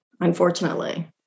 unfortunately